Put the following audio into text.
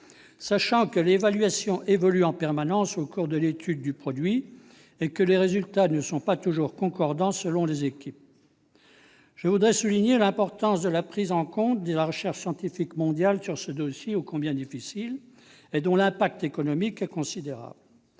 sachant que l'évaluation évolue en permanence au cours de l'étude du produit et que les résultats ne sont pas toujours concordants selon les équipes. Je voudrais souligner l'importance de la prise en compte de la recherche scientifique mondiale sur ce dossier qui est ô combien difficile et dont l'impact économique est considérable.